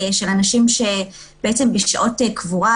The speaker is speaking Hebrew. של אנשים בשעות קבורה,